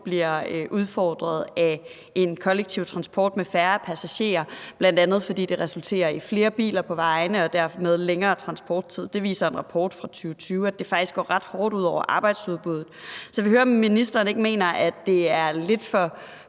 bliver udfordret af en kollektiv transport med færre passagerer, bl.a. fordi det resulterer i flere biler på vejene og derfor en noget længere transporttid. En rapport fra 2020 viser, at det faktisk går ret hårdt ud over arbejdsudbuddet. Så jeg vil høre, om ministeren ikke mener, at det er lidt for